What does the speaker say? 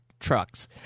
trucks